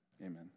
Amen